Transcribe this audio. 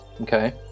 Okay